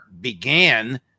began